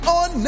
on